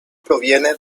proviene